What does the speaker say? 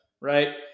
right